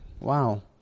Wow